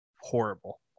horrible